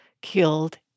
killed